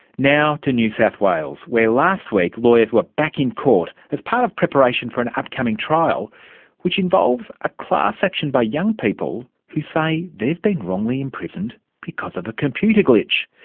now to new south wales, where last week lawyers were back in court as part of preparation for an upcoming trial which involves a class action by young people who say they've been wrongly imprisoned because of a computer glitch.